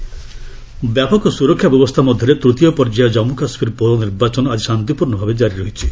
JK election ବ୍ୟାପକ ସୁରକ୍ଷା ବ୍ୟବସ୍ଥା ମଧ୍ୟରେ ତୃତୀୟ ପର୍ଯ୍ୟାୟ ଜନ୍ମୁ କାଶ୍ମୀର ପୌର ନିର୍ବାଚନ ଆଜି ଶାନ୍ତିପୂର୍ଣ୍ଣ ଭାବେ କାରି ରହିଛି